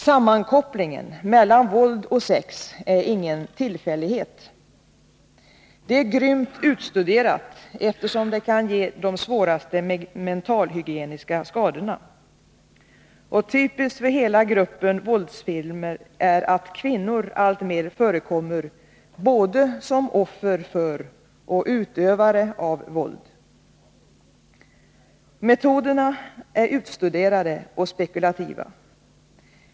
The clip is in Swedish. Sammankopplingen mellan våld och sex är ingen tillfällighet. Det är grymt utstuderat, eftersom det kan ge de svåraste mentalhygieniska skadorna. Typiskt för hela gruppen våldsfilmer är att kvinnor alltmera förekommer både som offer för och utövare av våld. Mordmetoderna är utstuderade och spekulativa.